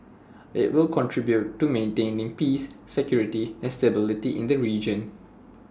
IT will contribute to maintaining peace security and stability in the region